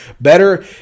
Better